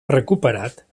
recuperat